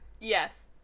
yes